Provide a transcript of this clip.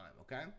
okay